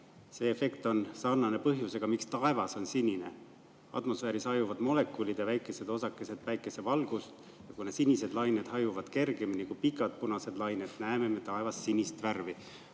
See efekt on sarnane põhjusega, miks taevas on sinine. Atmosfääris hajutavad molekulid ja väikesed osakesed päikesevalgust ja kuna sinised lained hajuvad kergemini kui pikad punased lained, näeme me taevas sinist värvi.